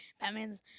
Batman's